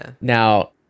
Now